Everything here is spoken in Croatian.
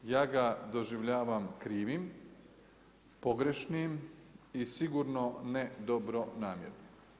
Ja ga doživljavam krivim, pogrešnim i sigurno ne dobronamjernim.